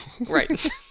Right